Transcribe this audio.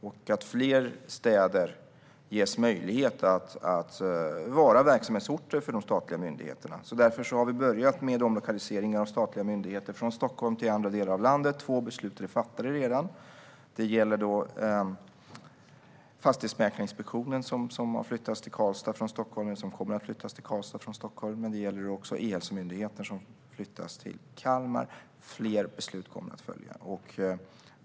Fler städer måste ges möjlighet att vara verksamhetsorter för de statliga myndigheterna. Vi har därför börjat omlokalisera statliga myndigheter från Stockholm till andra delar av landet. Två beslut är redan fattade. Det gäller Fastighetsmäklarinspektionen som kommer att flyttas till Karlstad från Stockholm. Det gäller även E-hälsomyndigheten som flyttas till Kalmar. Fler beslut följer.